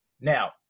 Now